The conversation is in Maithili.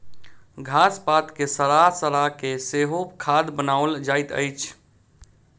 घास पात के सड़ा के सेहो खाद बनाओल जाइत अछि